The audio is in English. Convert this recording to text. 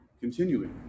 Continuing